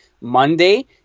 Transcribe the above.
Monday